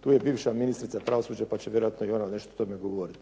Tu je bivša ministrica pravosuđa pa će vjerojatno i ona nešto o tome govoriti.